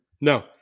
No